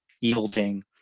yielding